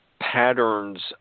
patterns